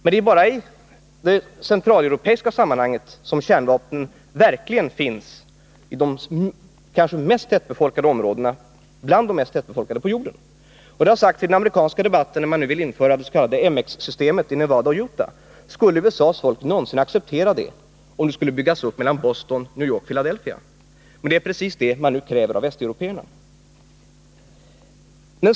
Det är bara i Centraleuropa som kärnvapen verkligen finns i områden som är bland de mest tättbefolkade på jorden. Det har sagts i den amerikanska debatten, när man nu vill införa det s.k. MX-systemet i Nevada och Utah: Skulle USA:s folk någonsin acceptera att det systemet byggdes upp i närheten av Boston, New York eller Philadelphia? Men det är precis vad man kräver av västeuropéerna.